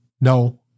no